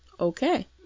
Okay